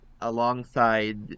alongside